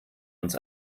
uns